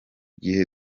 gihe